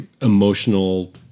emotional